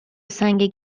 سنگ